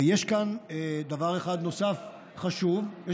ויש כאן דבר אחד נוסף חשוב,